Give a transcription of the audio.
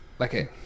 okay